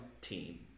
team